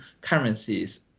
currencies